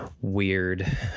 weird